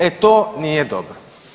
E to nije dobro.